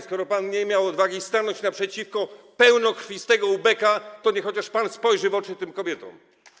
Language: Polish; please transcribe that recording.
Skoro pan nie miał odwagi stanąć naprzeciwko pełnokrwistego ubeka, to niech pan chociaż spojrzy w oczy tym kobietom.